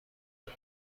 حال